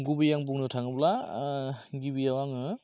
गुबैयै आं बुंनो थाङोब्ला गिबियाव आङो